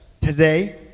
Today